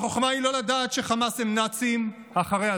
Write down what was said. החוכמה היא לא לדעת שחמאס הם נאצים אחרי הזוועות,